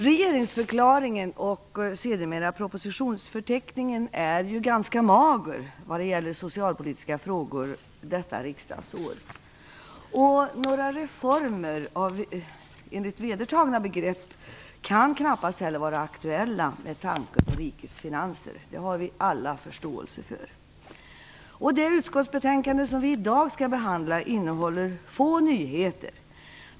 Regeringsförklaringen och sedermera propositionsförteckningen har varit ganska magra vad gäller socialpolitiska frågor detta riksdagsår. Några reformer enligt vedertagna begrepp kan knappast heller vara aktuella med tanke på rikets finanser. Det har vi alla förståelse för. Det utskottsbetänkande som vi i dag skall behandla innehåller få nyheter.